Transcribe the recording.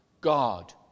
God